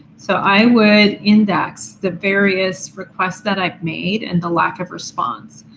so i would index the various requests that i've made and the lack of response.